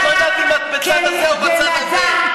את לא ידעת אם את בצד או בצד הזה.